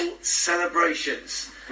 celebrations